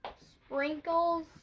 sprinkles